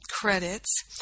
credits